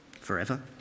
forever